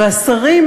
והשרים,